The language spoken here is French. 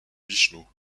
vishnou